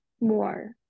more